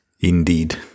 indeed